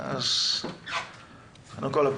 קודם כול,